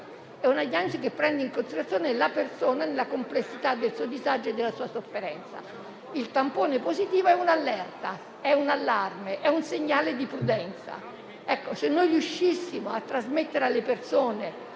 è clinica e prende in considerazione la persona nella complessità del suo disagio e della sua sofferenza; il tampone positivo è un'allerta, un allarme, e un segnale di prudenza. Se riuscissimo a trasmettere alle persone